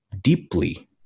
deeply